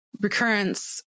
recurrence